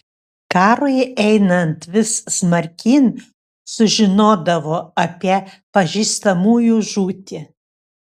karui einant vis smarkyn sužinodavo apie pažįstamųjų žūtį